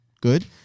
good